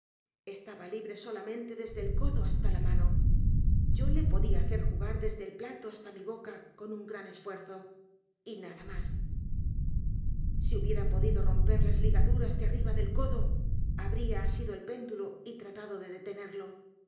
a libre solamente desde el codo hasta la mano yo le podia hacer j u g a r desde el plato hasta mi boca con un gran esfuerzo y nada más si hubiera podido romper las ligaduras de arriba del codo habría asido el péndulo y tratado de detenerlo